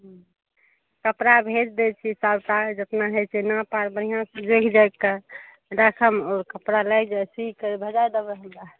हूँ कपड़ा भेज दै छी सबटा जेतना होइ छै नाँप आर बढ़िऑं से जोखि जाइखकए राखब ओ कपड़ा लागि गेल सी के भेजा देबै हमरा